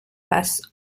passe